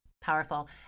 powerful